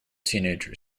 teenager